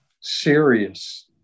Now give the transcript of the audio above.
serious